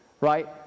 Right